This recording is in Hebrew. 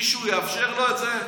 מישהו יאפשר לו את זה?